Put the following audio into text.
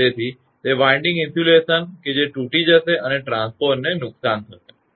તેથી તે windings insulation કે જે તૂટી જશે અને ટ્રાન્સફોર્મરને નુકસાન થશે